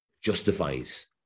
justifies